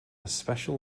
special